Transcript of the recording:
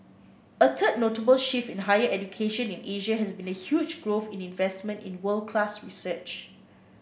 a third notable shift in higher education in Asia has been the huge growth in investment in world class research